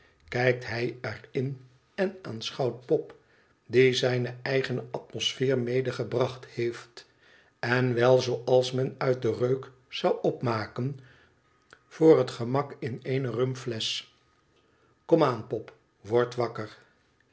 kijkt hij er in en aanschouwt pop die zijne eigene atmospheer medegebracht heeft en wel zooals men uit den reuk zoo opmaken voor het gemak in eene rumflesch kom aan pop word wakker